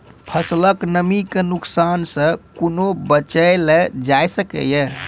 फसलक नमी के नुकसान सॅ कुना बचैल जाय सकै ये?